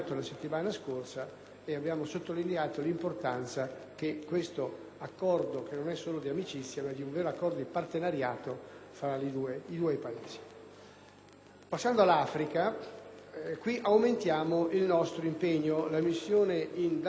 accordo, che non è solo di amicizia, ma è un vero accordo di partenariato fra i due Paesi. Viene aumentato il nostro impegno per la missione in Darfur e contro la pirateria somala e si conferma la partecipazione